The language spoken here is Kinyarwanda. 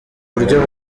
buryo